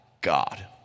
God